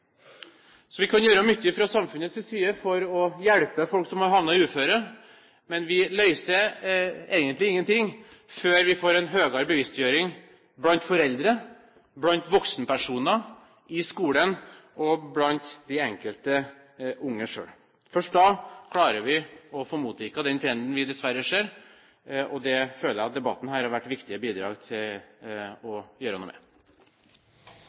Så vi kan gjøre mye fra samfunnets side for å hjelpe folk som har havnet i uføre, men vi løser egentlig ingenting før vi får en høyere bevisstgjøring blant foreldre, blant voksenpersoner, i skolen og blant de enkelte unge selv. Først da klarer vi å få motvirket den trenden vi dessverre ser. Jeg føler at denne debatten har vært et viktig bidrag til å gjøre noe med